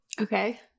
okay